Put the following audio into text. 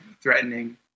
threatening